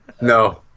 No